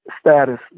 status